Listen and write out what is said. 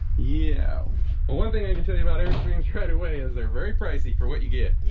you know, well one thing i even tell you about everything right away as they're very pricey for what you get